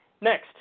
next